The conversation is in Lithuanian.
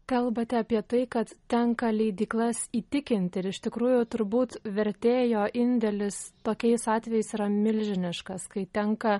kalbate apie tai kad tenka leidyklas įtikinti ir iš tikrųjų turbūt vertėjo indėlis tokiais atvejais yra milžiniškas kai tenka